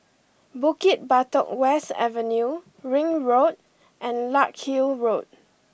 Bukit Batok West Avenue Ring Road and Larkhill Road